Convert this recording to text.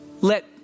let